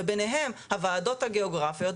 וביניהם הוועדות הגיאוגרפיות,